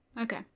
Okay